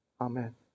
Amen